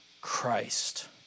Christ